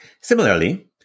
Similarly